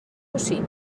bocí